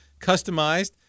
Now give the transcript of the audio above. customized